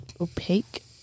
opaque